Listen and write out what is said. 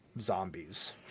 zombies